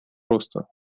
роста